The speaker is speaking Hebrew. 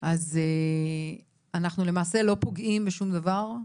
אז אנחנו למעשה לא פוגעים בשום דבר,